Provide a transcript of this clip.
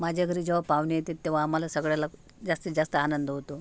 माझ्या घरी जेव्हा पाहुणे येतात तेव्हा आम्हाला सगळ्याला जास्तीत जास्त आनंद होतो